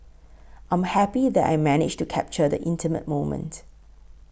I'm happy that I managed to capture the intimate moment